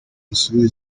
usubira